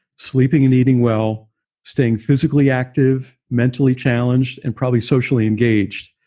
sleeping, and eating well staying physically active mentally challenged and probably socially engaged,